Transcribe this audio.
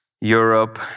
Europe